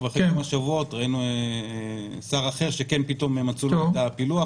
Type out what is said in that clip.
ואחרי כמה שבועות ראינו שר אחר שכן פתאום עשו לו את הפילוח.